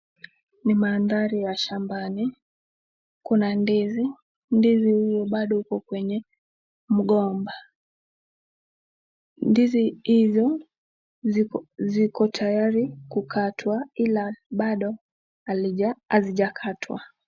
Ni mandhari ya shambani kuna ndizi, ndizi hii bado upo kwenye mgomba. Ndizi hizo zipo tayari kukatwa ila bado hazijakatwa.